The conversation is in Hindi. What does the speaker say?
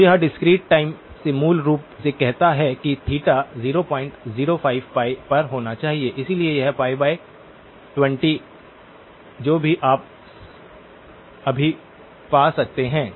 तो यह डिस्क्रीट टाइम में मूल रूप से कहता है कि थीटा 005π पर होना चाहिए इसलिए the 20 जो भी आप अभी पा सकते हैं